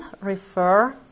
refer